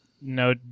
No